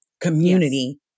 community